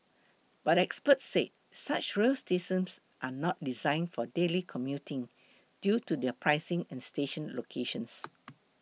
but experts said such rail systems are not design for daily commuting due to their pricing and station locations